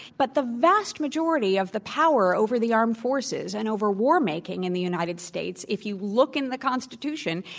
but the vast majority of the power over the armed forces, and over war making in the united states, if you look in the constitution,